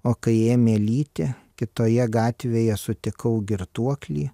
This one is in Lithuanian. o kai ėmė lyti kitoje gatvėje sutikau girtuoklį